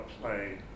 play